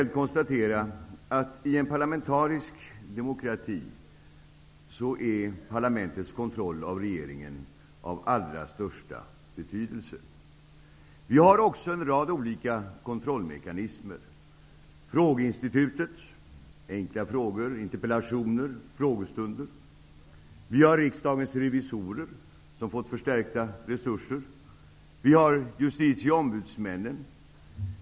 Rent generellt kan man konstatera att parlamentets kontroll av regeringen är av allra största betydelse i en parlamentarisk demokrati. Vi har också en rad olika kontrollmekanismer, t.ex. frågeinstitutet, enkla frågor och interpellationer och frågestunden. Vi har riksdagens revisorer, som har fått förstärkta resurser. Vi har justitieombudsmännen.